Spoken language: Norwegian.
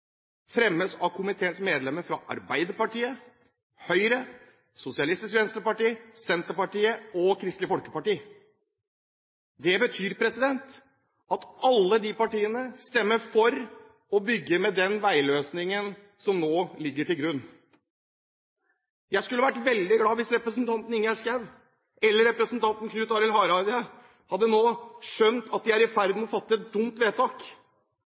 fremmes av komiteens medlemmer fra Arbeiderpartiet, Høyre, Sosialistisk Venstreparti, Senterpartiet og Kristelig Folkeparti.» Det betyr at alle de partiene stemmer for å bygge med den veiløsningen som nå ligger til grunn. Jeg skulle vært veldig glad hvis representanten Ingjerd Schou eller representanten Knut Arild Hareide nå hadde skjønt at de er i ferd med å fatte et dumt eller dårlig vedtak,